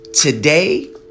today